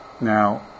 Now